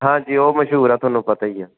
ਹਾਂਜੀ ਉਹ ਮਸ਼ਹੂਰ ਆ ਤੁਹਾਨੂੰ ਪਤਾ ਹੀ ਆ